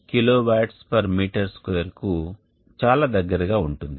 37kWm2 కు చాలా దగ్గరగా ఉంటుంది